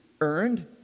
earned